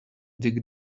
dig